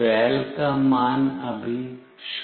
well का मान अभी 0 है